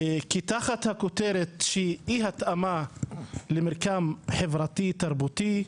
כי תחת הכותרת אי התאמה למרקם חברתי תרבותי,